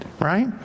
right